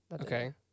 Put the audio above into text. Okay